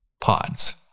pods